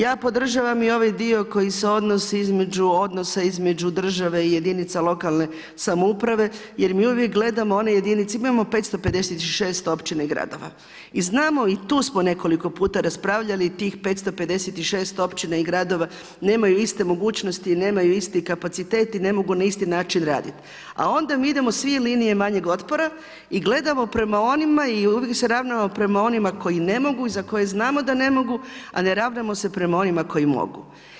Ja podržavam i ovaj dio koji se odnosi između odnosa između države i jedinica lokalne samouprave jer mi uvijek gledamo one jedinice, imamo 556 općina i gradova i znamo i tu smo nekoliko puta raspravljali tih 556 općina i gradova nemaju iste mogućnosti i nemaju isti kapacitet i ne mogu na isti način raditi, a onda mi idemo svi linijom manjeg otpora i gledamo prema onima i uvijek se ravnamo prema onima koji ne mogu i za koje znamo da ne mogu, a ne ravnamo se prema onima koji mogu.